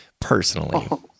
personally